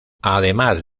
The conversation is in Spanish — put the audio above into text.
además